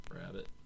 Rabbit